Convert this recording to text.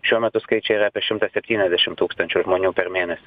šiuo metu skaičiai yra apie šimtą septyniasdešim tūkstančių žmonių per mėnesį